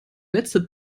letzte